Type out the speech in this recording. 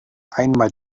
einmal